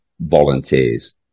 volunteers